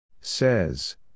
Says